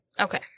Okay